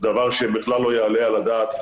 דבר שבכלל לא יעלה על הדעת.